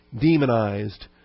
demonized